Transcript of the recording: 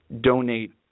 donate